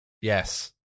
Yes